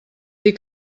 dir